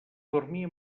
dormir